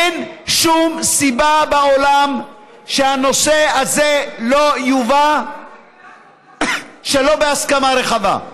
אין שום סיבה בעולם שהנושא הזה לא יובא בהסכמה רחבה.